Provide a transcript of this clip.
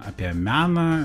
apie meną